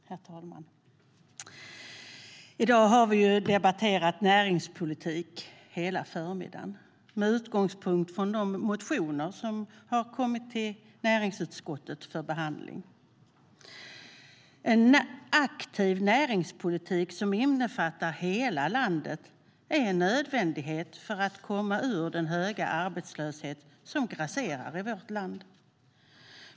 Herr ålderspresident! Vi har hela förmiddagen i dag debatterat näringspolitik med utgångspunkt från de motioner som kommit till näringsutskottet för behandling. En aktiv näringspolitik som omfattar hela landet är en nödvändighet för att komma ur den höga arbetslöshet som grasserar i vårt land.